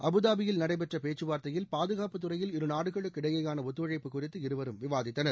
அபுதாபியில் நடைபெற்டற பேச்சுவார்த்தையில் பாதுகாப்புத்துறையில் இருநாடுகளுக்கு இடைபேயான ஒத்துழைப்பு குறித்து இருவரும் விவாதித்தனர்